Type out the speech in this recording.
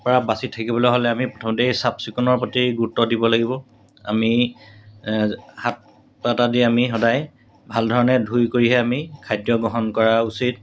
পৰা বাচি থাকিবলৈ হ'লে আমি প্ৰথমতেই চাফচিকুণৰ প্ৰতি গুৰুত্ব দিব লাগিব আমি হাত দি আমি সদায় ভাল ধৰণে ধুই কৰিহে আমি খাদ্য গ্ৰহণ কৰা উচিত